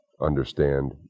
understand